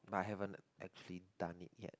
but I haven't actually done it yet